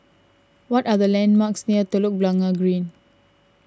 what are the landmarks near Telok Blangah Green